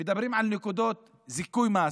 מדברים על נקודות זיכוי מס,